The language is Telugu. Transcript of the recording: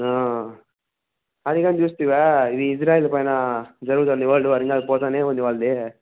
అదిగాని చూస్తివా ఇది ఇజ్రాయిల్ పైన జరుగుతాంది వరల్డ్ వార్ ఇంకా అది పోతూనే ఉంది వాళ్లది